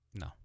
No